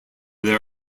their